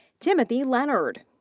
timothy leonard.